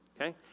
Okay